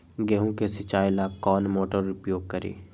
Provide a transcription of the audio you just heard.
गेंहू के सिंचाई ला कौन मोटर उपयोग करी?